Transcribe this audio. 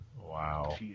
Wow